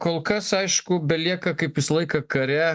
kol kas aišku belieka kaip visą laiką kare